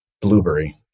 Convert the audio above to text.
Blueberry